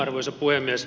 arvoisa puhemies